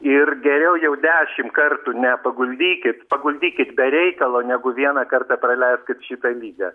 ir geriau jau dešim kartų ne paguldykit paguldykit be reikalo negu vieną kartą praleiskit šitą ligą